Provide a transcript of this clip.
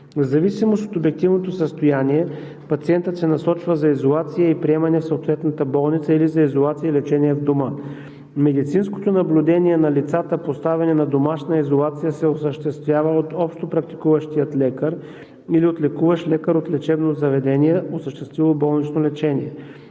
В зависимост от обективното състояние пациентът се насочва за изолация и приемане в съответната болница или за изолация и лечения в дома му. Медицинското наблюдение на лицата, поставени на домашна изолация, се осъществява от общопрактикуващия лекар или от лекуващ лекар от лечебното заведение, осъществило болничното лечение.